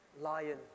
lion